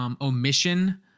omission